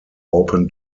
open